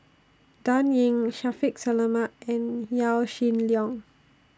Dan Ying Shaffiq Selamat and Yaw Shin Leong